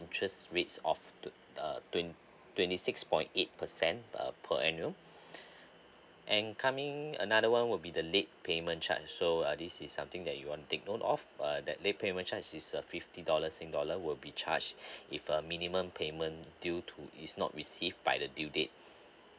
interest rates of uh twen~ twenty six point eight percent uh per annum and coming another one will be the late payment charge so uh this is something that you want take note of uh that late payment charge is uh fifty dollar sing dollar will be charged if a minimum payment due to is not received by the due date